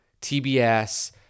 TBS